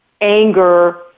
anger